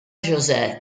josé